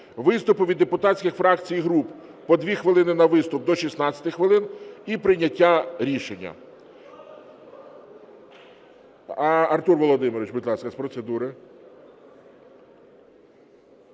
виступи від депутатських фракцій і груп, по 2 хвилини на виступ, до 16 хвилин і прийняття рішення.